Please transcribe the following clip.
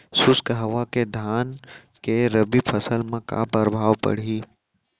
शुष्क हवा के धान के रबि फसल मा का प्रभाव पड़ही?